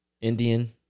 Indian